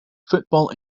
football